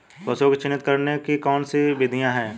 पशुओं को चिन्हित करने की कौन कौन सी विधियां हैं?